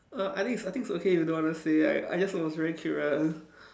err I think I think it's okay if you don't want to say like I just was very curious